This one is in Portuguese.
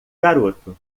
garoto